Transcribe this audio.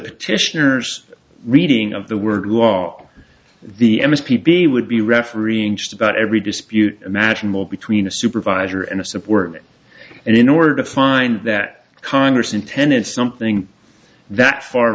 petitioners reading of the word law the m s p b would be refereeing just about every dispute imaginable between a supervisor and a support and in order to find that congress intended something that far